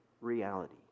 reality